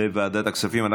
בוועדת הכספים.